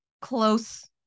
close